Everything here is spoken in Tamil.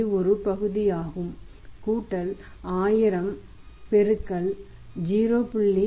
இது ஒரு பகுதியாகும் கூட்டல் 1000 பெருக்கல் 0